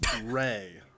Ray